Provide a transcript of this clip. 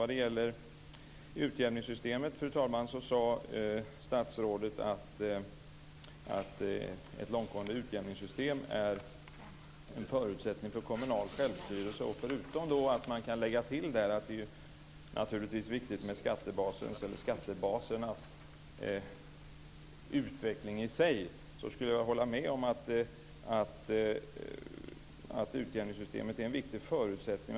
När det gäller just utjämningssystemet sade statsrådet att ett långtgående utjämningssystem är en förutsättning för kommunal självstyrelse. Förutom att man där kan lägga till att det naturligtvis är viktigt med skattebasernas utveckling i sig, kan jag hålla med om att utjämningssystemet är en viktig förutsättning.